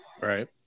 Right